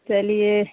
चलिए